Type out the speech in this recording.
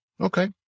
Okay